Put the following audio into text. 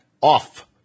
off